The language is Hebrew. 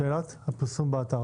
שאלת הפרסום באתר,